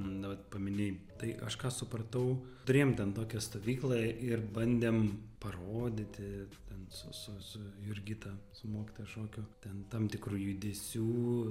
na vat paminėjai tai aš ką supratau turėjom ten tokią stovyklą ir bandėm parodyti ten su su su jurgita su mokytoja šokių ten tam tikrų judesių